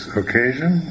occasion